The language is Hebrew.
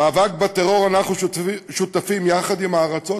במאבק בטרור אנחנו שותפים יחד עם הארצות